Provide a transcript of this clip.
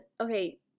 okay